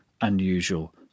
unusual